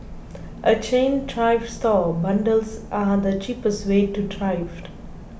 a chain thrift store bundles are the cheapest way to thrift